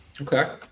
okay